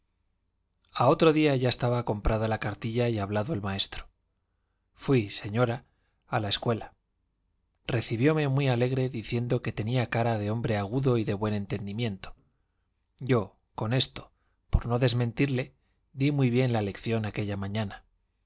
a otro día ya estaba comprada la cartilla y hablado el maestro fui señora a la escuela recibióme muy alegre diciendo que tenía cara de hombre agudo y de buen entendimiento yo con esto por no desmentirle di muy bien la lición aquella mañana